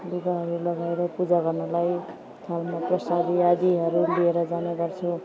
लुगाहरू लगाएर पूजा गर्नलाई ठाउँमा प्रसाद आदिहरू लिएर जाने गर्छौँ